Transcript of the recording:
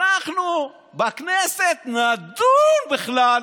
שאנחנו בכנסת נדון בכלל